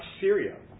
Syria